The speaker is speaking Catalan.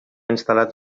instal·lat